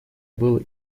был